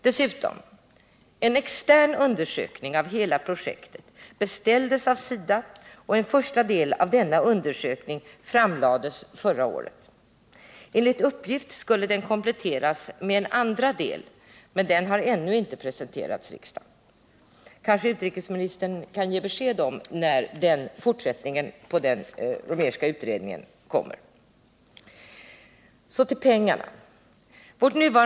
Dessutom: En extern undersökning av hela projektet beställdes av SIDA, och en första del av denna undersökning framlades förra året. Enligt uppgift skulle den kompletteras med en andra del, men den har ännu inte presenterats riksdagen. Kanske utrikesministern kan ge besked om när den kan förväntas? Så till pengarna.